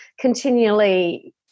continually